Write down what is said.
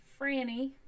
Franny